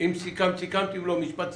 אם סיכמת, סיכמת, אם לא, משפט סיכום.